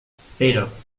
cero